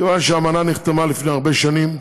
מכיוון שהאמנה נחתמה לפני הרבה שנים,